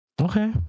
Okay